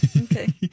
Okay